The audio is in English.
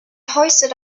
hoisted